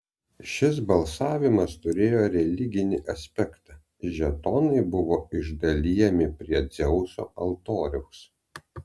šis balsavimas turėjo religinį aspektą žetonai buvo išdalijami prie dzeuso altoriaus